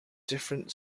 different